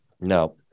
No